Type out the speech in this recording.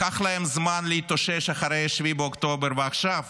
לקח להם זמן להתאושש אחרי 7 באוקטובר, ועכשיו